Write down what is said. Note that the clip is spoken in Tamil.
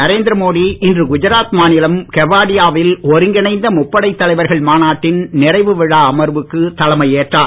நரேந்திர மோடி இன்று குஜராத் மாநிலம் கெவாடியாவில் ஒருங்கிணைந்த முப்படைத் தலைவர்கள் மாநாட்டின் நிறைவு விழா அமர்வுக்கு தலைமையேற்றார்